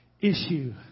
issue